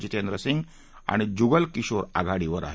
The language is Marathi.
जितेंद्र सिंग आणि जिगल किशोर आघाडीवर आहेत